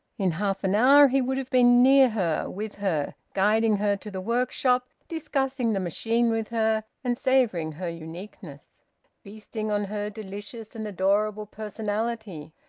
in half an hour he would have been near her, with her, guiding her to the workshop, discussing the machine with her and savouring her uniqueness feasting on her delicious and adorable personality.